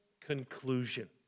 conclusion